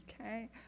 Okay